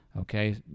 okay